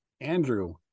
Andrew